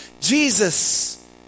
Jesus